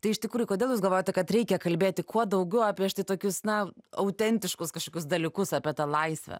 tai iš tikrųjų kodėl jūs galvojate kad reikia kalbėti kuo daugiau apie štai tokius na autentiškus kažkokius dalykus apie tą laisvę